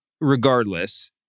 regardless